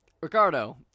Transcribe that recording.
Ricardo